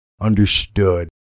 understood